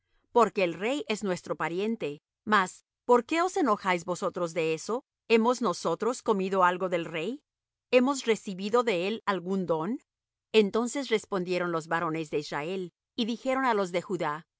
porque el rey es nuestro pariente mas por qué os enojáis vosotros de eso hemos nosotros comido algo del rey hemos recibido de él algún don entonces respondieron los varones de israel y dijeron á los de judá